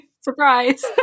surprise